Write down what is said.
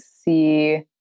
see